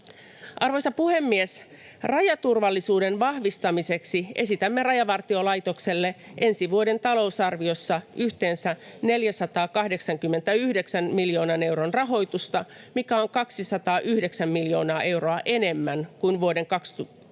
Arvoisa puhemies! Rajaturvallisuuden vahvistamiseksi esitämme Rajavartiolaitokselle ensi vuoden talousarviossa yhteensä 489 miljoonan euron rahoitusta, mikä on 209 miljoonaa euroa enemmän kuin vuoden 2022